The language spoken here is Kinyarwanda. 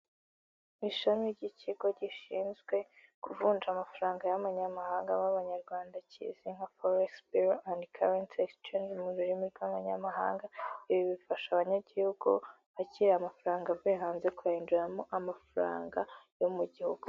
Ishami ry'ikigo gishinzwe kuvunja amafaranga y'abanyamahanga b'Abanyarwanda kizwi nka foregisi biro andi karensi egisicengi mu rurimi rw'abanyamahanga, ibi bifasha abanyagihugu bakira amafaranga avuye hanze kuyahinduramo amafaranga yo mu gihugu.